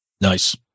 nice